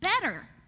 better